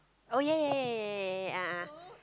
oh ya ya ya a'ah